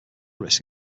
risk